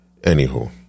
Anywho